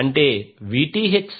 అంటే Vth స్క్వేర్ను RL by 2